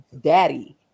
daddy